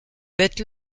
bêtes